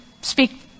speak